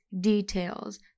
details